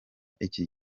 iki